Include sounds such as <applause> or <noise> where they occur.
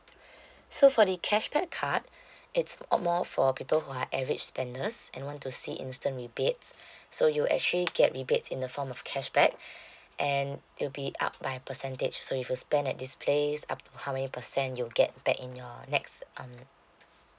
<breath> so for the cashback card <breath> it's more for people who are average spenders and want to see instant rebates <breath> so you actually get rebates in the form of cashback <breath> and it'll be up by percentage so if you spend at this place up to how many percent you'll get back in your next um